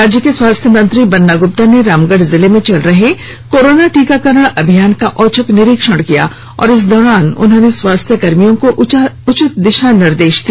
राज्य के स्वास्थ्य मंत्री बन्ना गुप्ता ने रामगढ़ जिले में चल रहे कोरोना टीकाकरण अभियान का औचक निरीक्षण किया इस दौरान उर्न्होने स्वास्थ्य कर्मियों को उचित दिशा निर्देश दिया